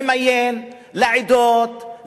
למיין לעדות,